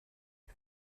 dot